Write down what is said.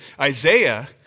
Isaiah